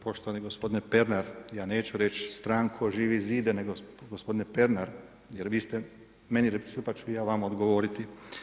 Poštovani gospodine Pernar, ja neću reći stranku Živi zid, nego gospodine Pernar jer vi ste meni replicirali, pa ću ja vama odgovoriti.